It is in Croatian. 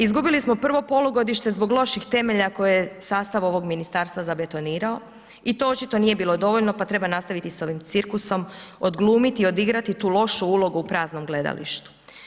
Izgubili smo prvo polugodište zbog loših temelja koje je sastav ovog ministarstva zabetonirao i to očito nije bilo dovoljno, pa treba nastaviti s ovim cirkusom, odglumiti, odigrati tu lošu ulogu u praznom gledalištu.